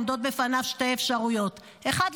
עומדות בפניו שתי אפשרויות: האחת,